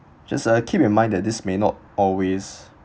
just uh keep in mind that this may not always